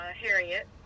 harriet